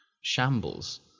shambles